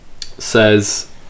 says